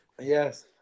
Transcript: yes